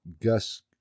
Gus